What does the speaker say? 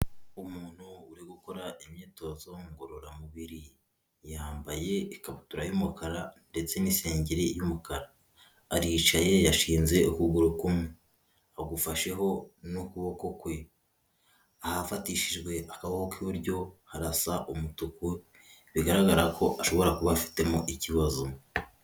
Umuntu uri gukora imyitozo ngororamubiri yambaye ikabutura y'umukara ndetse n'isengeri y'umukara aricaye yashinze ukuguru kumwe agufasheho n'ukuboko kwe ahafatishijwe akaboko k'iburyo harasa umutuku bigaragara ko ashobora kuba afitemo ikibazo.